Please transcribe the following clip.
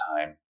time